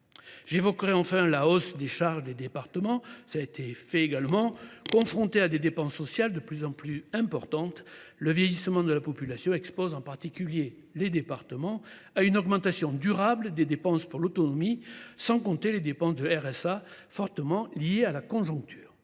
J’évoquerai enfin la hausse des charges des départements confrontés à des dépenses sociales de plus en plus importantes. Le vieillissement de la population expose en particulier les départements à une augmentation durable des dépenses pour l’autonomie, sans compter les dépenses liées au revenu de solidarité active